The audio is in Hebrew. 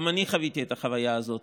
גם אני חוויתי את החוויה הזאת.